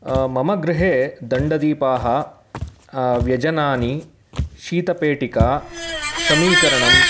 मम गृहे दण्डदीपाः व्यजनानि शीतपेटिका समीकरणं